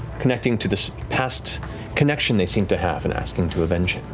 connecting to this past connection they seemed to have, and asking to avenge him.